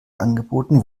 angeboten